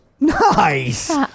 nice